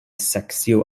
saksio